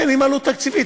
כן, עם עלות תקציבית.